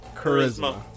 Charisma